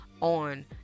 on